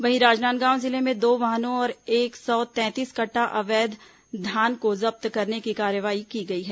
वहीं राजनांदगांव जिले में दो वाहनों और एक सौ तैंतीस कट्टा अवैध धान को जब्त करने की कार्रवाई की गई है